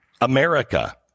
America